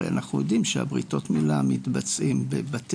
הרי אנחנו יודעים שהבריתות כולם מתבצעים בבתי-כנסת,